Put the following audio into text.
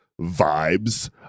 vibes